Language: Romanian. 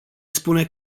spune